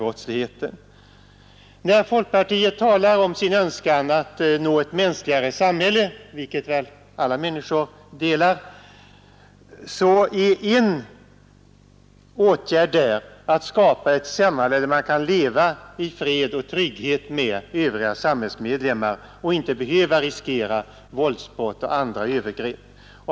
En åtgärd i linje med folkpartiets önskan att nå ett mänskligare samhälle, en önskan som alla människor väl delar, är att skapa ett samhälle där man kan leva i fred med övriga samhällsmedlemmar och inte behöva riskera våldsbrott och andra övergrepp.